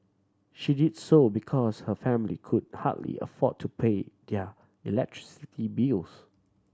she did so because her family could hardly afford to pay their electricity bills